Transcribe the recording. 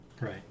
Right